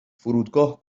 فرودگاه